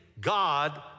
God